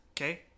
Okay